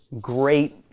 great